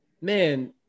man